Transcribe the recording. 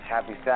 Happy